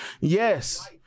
yes